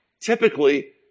Typically